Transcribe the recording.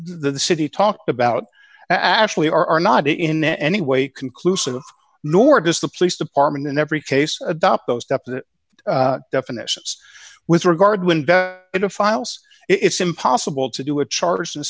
the city talked about actually are not in any way conclusive nor does the police department in every case adopt those definitions with regard window into files it's impossible to do a charters and